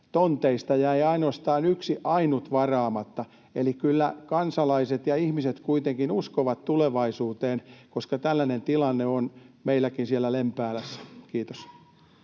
rivitalotonteista jäi ainoastaan yksi ainut varaamatta, eli kyllä kansalaiset ja ihmiset kuitenkin uskovat tulevaisuuteen, koska tällainen tilanne on meilläkin siellä Lempäälässä. — Kiitos.